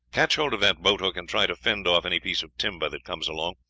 catch hold of that boat hook and try to fend off any piece of timber that comes along.